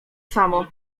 samo